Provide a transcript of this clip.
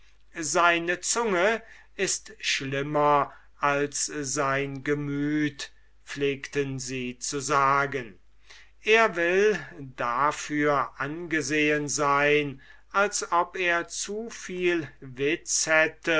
seine zunge ist schlimmer als sein gemüt pflegten sie zu sagen er will dafür angesehen sein als ob er zu viel witz